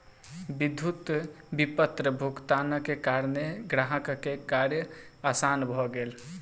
विद्युत विपत्र भुगतानक कारणेँ ग्राहकक कार्य आसान भ गेल